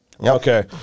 Okay